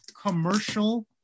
commercial